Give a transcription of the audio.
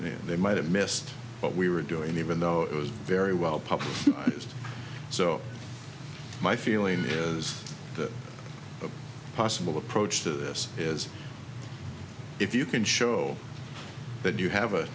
they might have missed what we were doing even though it was very well published so my feeling is that a possible approach to this is if you can show that you have a